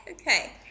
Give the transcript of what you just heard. okay